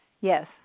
Yes